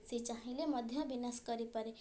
ସେ ଚାହିଁଲେ ମଧ୍ୟ ବିନାଶ କରିପାରେ